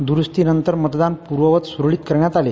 दुरूस्ती नंतर मतदान पुर्ववत सुरळीत करण्यात आले